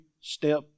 step